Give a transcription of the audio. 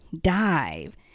dive